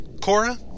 Cora